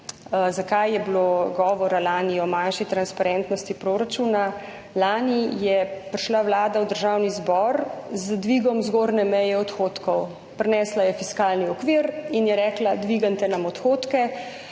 Zakaj je bilo lani govora o manjši transparentnosti proračuna? Lani je prišla Vlada v Državni zbor z dvigom zgornje meje odhodkov. Prinesla je fiskalni okvir in je rekla, dvignite nam odhodke.